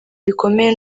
bikomeye